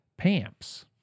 Pamps